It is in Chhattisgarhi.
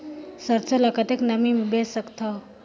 सरसो ल कतेक नमी मे बेच सकथव?